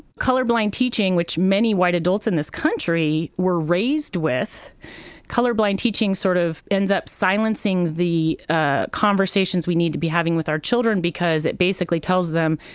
colorblind teaching, which many white adults in this country were raised with colorblind teaching sort of ends up silencing the ah conversations we need to be having with our children because it basically tells them,